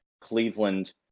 Cleveland